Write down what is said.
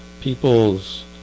People's